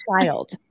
child